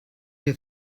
wir